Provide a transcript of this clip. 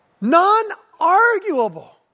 non-arguable